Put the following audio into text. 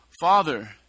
Father